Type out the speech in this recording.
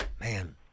Man